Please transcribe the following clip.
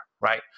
right